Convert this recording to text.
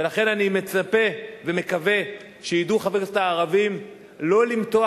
ולכן אני מצפה ומקווה שידעו חברי הכנסת הערבים לא למתוח